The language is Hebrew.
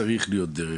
יש דרך